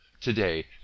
today